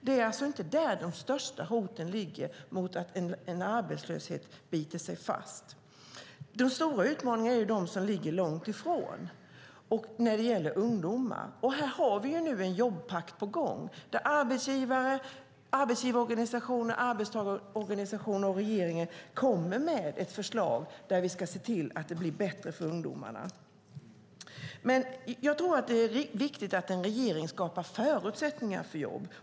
Det är alltså inte där de största hoten ligger för att arbetslösheten ska bita sig fast. Den stora utmaningen är de som står långt från arbetsmarknaden samt ungdomarna. Här har vi nu en jobbpakt på gång. Arbetsgivarorganisationer, arbetstagarorganisationer och regeringen kommer med förslag där man ser till att det blir bättre för ungdomarna. Det är viktigt att en regering skapar förutsättningar för jobb.